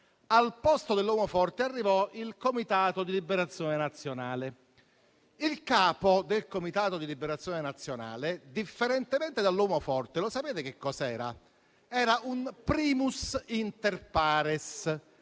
al posto dell'uomo forte arrivò il Comitato di liberazione nazionale. Il capo del Comitato di liberazione nazionale, differentemente dall'uomo forte, lo sapete che cosa era? Era un *primus inter pares*